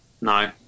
No